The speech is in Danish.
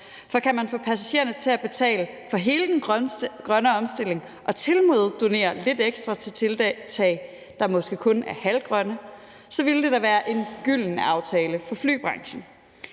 for kan man få passagererne til at betale for hele den grønne omstilling og tilmed donere lidt ekstra til tiltag, der måske kun er halvt grønne, så ville det da være en gylden aftale for flybranchen.